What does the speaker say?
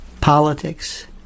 politics